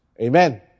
Amen